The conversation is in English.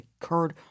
occurred